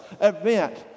event